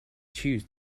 choose